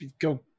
go